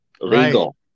Legal